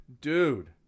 dude